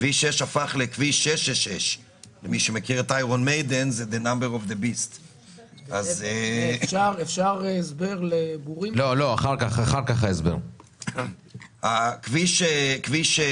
כביש 6 הפך לכביש 666. כביש שש,